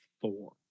four